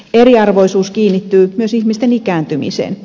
eriarvoisuus kiinnittyy myös ihmisten ikääntymiseen